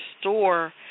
store